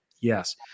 Yes